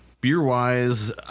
beer-wise